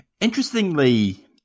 Interestingly